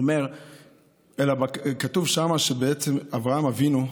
כתוב שם שאברהם אבינו,